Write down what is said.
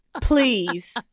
please